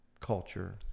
culture